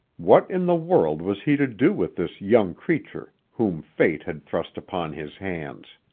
what in the world was he to do with this young creature whom fate had thrust upon his hands?